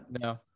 no